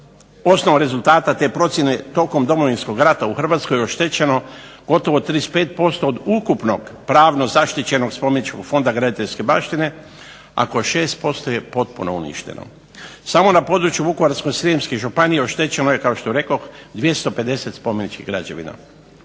Osnovom rezultata te procjene tokom Domovinskog rata u Hrvatskoj oštećeno gotovo 35% od ukupnog pravno zaštićenog spomeničkog fonda graditeljske baštine, …/Ne razumije se./… je potpuno uništeno. Samo na području Vukovarsko-srijemske županije oštećeno je kao što rekoh 250 spomeničkih građevina.